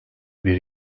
bir